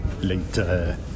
later